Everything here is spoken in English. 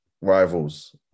rivals